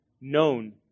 known